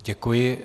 Děkuji.